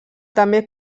també